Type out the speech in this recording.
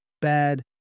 bad